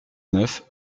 neuf